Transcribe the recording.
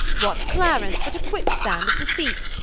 what clarence, but a quick-sand of deceit?